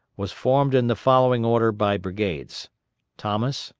was formed in the following order by brigades thomas,